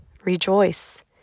Rejoice